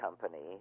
company